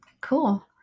Cool